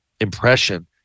impression